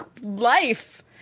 life